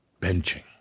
Benching